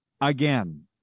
again